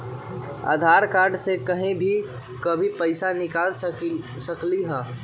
आधार card से कहीं भी कभी पईसा निकाल सकलहु ह?